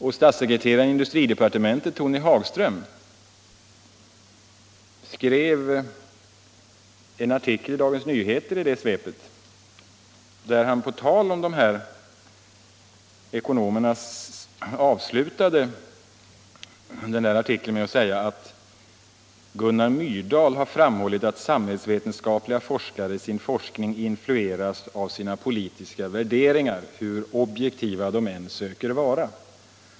Och statssekreteraren i industridepartementet Tony Hagström skrev i det svepet en artikel i Dagens Nyheter, där han på tal om de här ekonomerna avslutade artikeln med att säga: ”Gunnar Myrdal har framhållit att samhällsvetenskapliga forskare i sin forskning influeras av sina politiska värderingar hur objektiva de än söker vara.